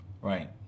Right